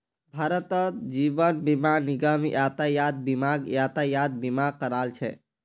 भारतत जीवन बीमा निगम यातायात बीमाक यातायात बीमा करा छेक